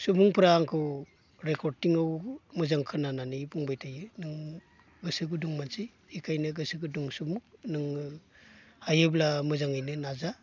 सुबुंफोरा आंखौ रेकर्डिं आव मोजां खोनानानै बुंबाय थायो नों गोसो गुदुं मानसि इखायनो गोसो गुदुं सुबुं नोङो हायोब्ला मोजाङैनो नाजा